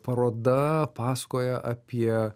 paroda pasakoja apie